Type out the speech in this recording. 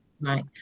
right